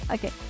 Okay